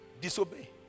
Disobey